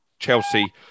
Chelsea